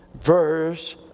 verse